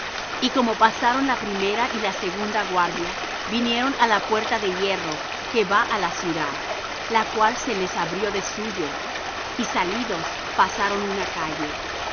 y como pasaron la primera y la segunda guardia vinieron á la puerta de hierro que va á la ciudad la cual se les abrió de suyo y salidos pasaron una calle